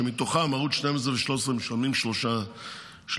שמתוכם ערוץ 12 ו-13 משלמים 3 מיליון.